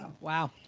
Wow